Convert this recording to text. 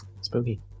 Spooky